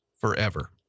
forever